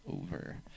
over